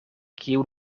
kiu